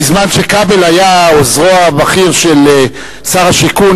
בזמן שכבל היה עוזרו הבכיר של שר השיכון,